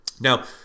now